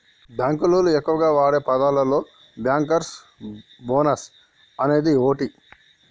బాంకులోళ్లు ఎక్కువగా వాడే పదాలలో బ్యాంకర్స్ బోనస్ అనేది ఓటి